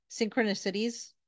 synchronicities